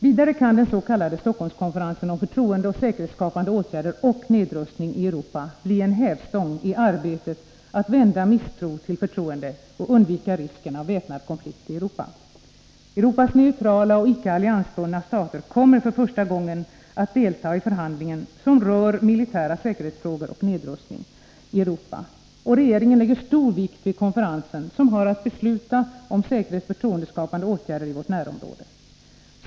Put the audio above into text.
Vidare kan den s.k. Stockholmskonferensen om förtroendeoch säkerhetsskapande åtgärder och nedrustning i Europa bli en hävstång i arbetet att vända misstro till förtroende och undvika risken av väpnad konflikt i Europa. Europas neutrala och icke alliansbundna stater kommer för första gången att delta i förhandlingen som rör militära säkerhetsfrågor och nedrustning i Europa. Regeringen lägger stor vikt vid konferensen som har att besluta om säkerhetsoch förtroendeskapande åtgärder i vårt närområde.